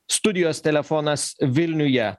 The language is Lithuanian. studijos telefonas vilniuje